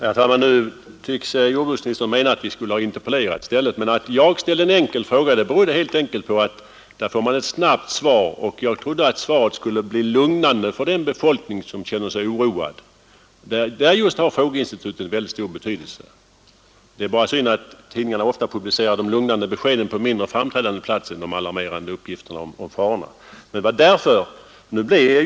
Herr talman! Jordbruksministern tycks anse att vi borde ha interpellerat i stället. Men att jag ställde en enkel fråga berodde helt enkelt på att när man ställer en sådan får man ett snabbt svar. Jag trodde att svaret skulle bli lugnande för den befolkning som känner sig oroad. Där har frågeinstitutet en väldigt stor betydelse. Det är bara synd att tidningarna ofta publicerar de lugnande beskeden på mindre framträdande plats än de alarmerande uppgifterna om farorna.